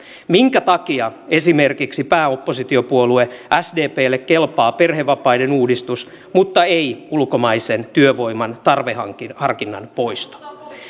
minkä takia esimerkiksi pääoppositiopuolue sdplle kelpaa perhevapaiden uudistus mutta ei ulkomaisen työvoiman tarveharkinnan poisto